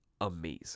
amazing